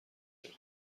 بریم